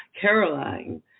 Caroline